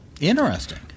Interesting